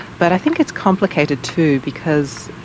but i think it's complicated, too, because,